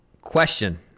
question